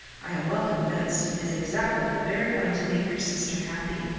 i am well convinced, is exactly the very one to make your sister happy.